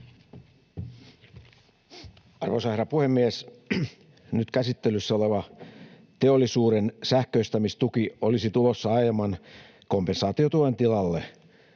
Arvoisa herra puhemies! Nyt käsittelyssä oleva teollisuuden sähköistämistuki olisi tulossa aiemman kompensaatiotuen tilalle.